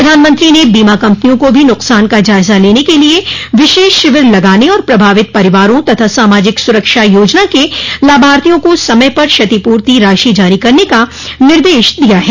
प्रधानमंत्री ने बीमा कम्पनियों को भी नुकसान का जायजा लेने के लिए विशेष शिविर लगाने और प्रभावित परिवारों तथा सामाजिक सुरक्षा योजना के लाभार्थियों को समय पर क्षतिपूर्ति राशि जारी करने का निर्देश दिया है